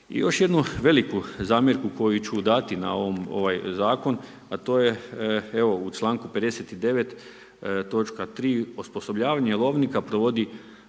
I još jednu veliku zamjerku koju ću dati na ovaj zakon a to je u članku 59. točka 3. osposobljavanje lovnika provodi